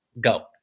Go